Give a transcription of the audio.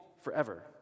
forever